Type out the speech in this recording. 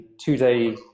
two-day